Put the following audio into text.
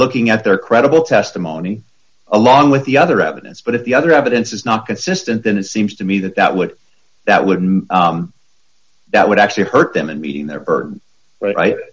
looking at their credible testimony along with the other evidence but if the other evidence is not consistent then it seems to me that that would that would that would actually hurt them and meeting their